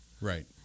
Right